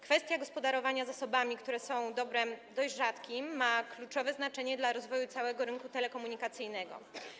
Kwestia gospodarowania zasobami, które są dobrem dość rzadkim, ma kluczowe znaczenie dla rozwoju całego rynku telekomunikacyjnego.